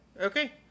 Okay